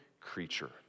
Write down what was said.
creature